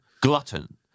Glutton